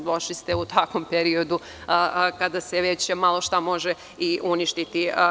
Došli ste u takvom periodu kada se već malo šta može i uništiti.